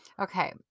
Okay